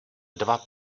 dva